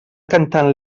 cantant